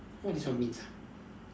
what this one means ah